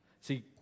see